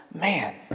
man